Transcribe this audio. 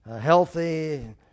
healthy